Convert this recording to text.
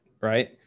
right